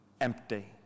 empty